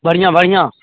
बढ़िआँ बढ़िआँ